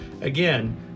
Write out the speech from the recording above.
Again